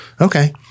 Okay